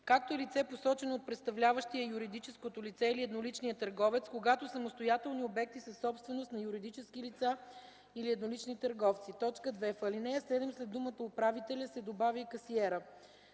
както и лице, посочено от представляващия юридическото лице или едноличния търговец, когато самостоятелни обекти са собственост на юридически лица или еднолични търговци.” 2. В ал. 7 след думата „(управителя)” се добавя „и касиера”.